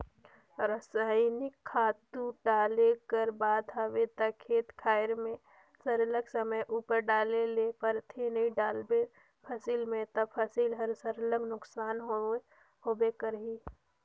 रसइनिक खातू डाले कर बात हवे ता खेत खाएर में सरलग समे उपर डाले ले परथे नी डालबे फसिल में ता फसिल हर सरलग नोसकान होबे करही